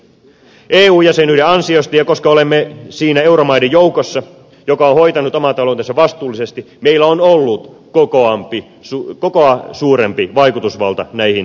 eu jäsenyyden ansiosta ja koska olemme siinä euromaiden joukossa joka on hoitanut oman taloutensa vastuullisesti meillä on ollut kokoamme suurempi vaikutusvalta näihin asioihin